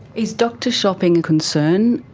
is doctor shopping a concern?